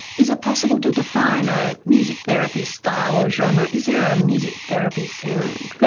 is it possible to define a music therapy style or genre, is there a music therapy sound?